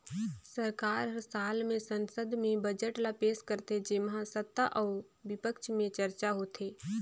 सरकार हर साल में संसद में बजट ल पेस करथे जेम्हां सत्ता अउ बिपक्छ में चरचा होथे